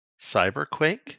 Cyberquake